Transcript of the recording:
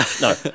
No